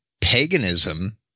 paganism